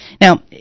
Now